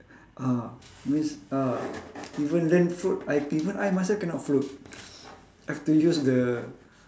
ah means uh even learn float I even I myself cannot float I have to use the